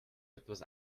etwas